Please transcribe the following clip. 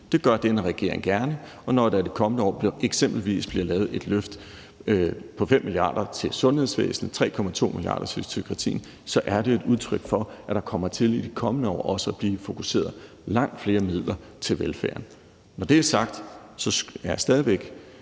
Det gør denne regering gerne, og når der det kommende år eksempelvis bliver lavet et løft på 5 mia. kr. til sundhedsvæsenet og 3,2 mia. kr. til psykiatrien, så er det et udtryk for, at der i de kommende år også kommer til at blive fokuseret på at få langt flere midler til velfærden. Når det er sagt, er jeg stadig væk